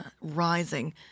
Rising